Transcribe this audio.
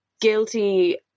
guilty